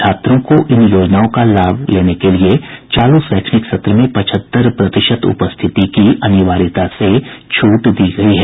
छात्रों को इन योजनाओं का लाभ के लिए चालू शैक्षणिक सत्र में पचहत्तर प्रतिशत उपस्थिति की अनिवार्यता से छूट दी गयी है